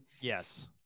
Yes